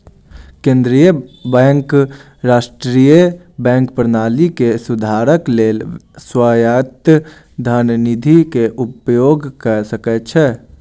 केंद्रीय बैंक राष्ट्रीय बैंक प्रणाली के सुधारक लेल स्वायत्त धन निधि के उपयोग कय सकै छै